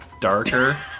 darker